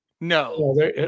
No